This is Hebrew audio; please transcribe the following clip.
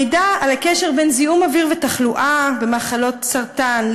המידע על הקשר בין זיהום אוויר ותחלואה במחלות סרטן,